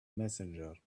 messenger